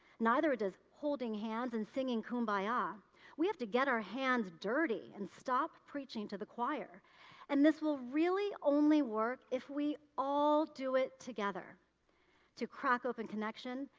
neither does holding hands and singing kumbaya. ah we have to get our hands dirty and stop preaching to the choir and this will really only work if we all do it together to crack open connection,